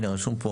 הנה, רשום פה.